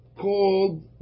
called